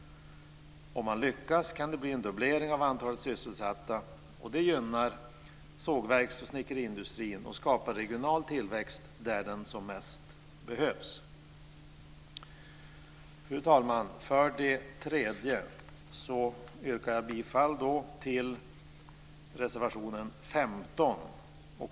Om man lyckas kan det bli en dubblering av antalet sysselsatta. Det gynnar sågverks och snickeriindustrin och skapar regional tillväxt där den som mest behövs. Fru talman! Jag vill dessutom yrka bifall till reservation 15.